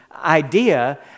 idea